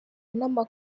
n’ama